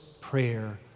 prayer